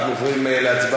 אנחנו עוברים להצבעה.